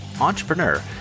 entrepreneur